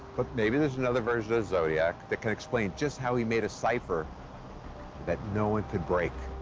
but maybe there's another version of the zodiac that can explain just how he made a cipher that no one could break.